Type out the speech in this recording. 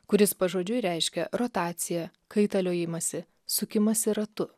kuris pažodžiui reiškia rotaciją kaitaliojimąsi sukimąsi ratu